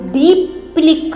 deeply